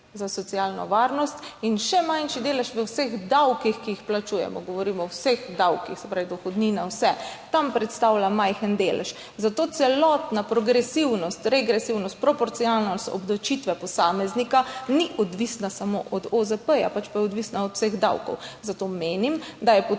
za socialno varnost in še manjši delež v vseh davkih, ki jih plačujemo. Govorim o vseh davkih, se pravi dohodnina, vse. Tam predstavlja majhen delež. Zato celotna progresivnost, regresivnost, proporcionalnost obdavčitve posameznika ni odvisna samo od OZP, pač pa je odvisna od vseh davkov. Zato menim, da je potrebno